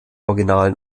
originalen